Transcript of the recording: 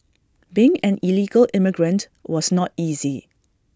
being an illegal immigrant was not easy